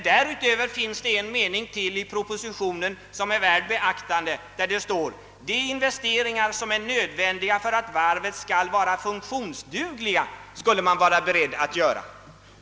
Därutöver finns det i propositionen ett uttalande som är värt beaktande: De investeringar som är nödvändiga för att varvet skall vara funktionsdugligt skall man vara beredd att göra.